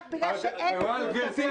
רק בגלל שאין ארגון כזה --- גברתי,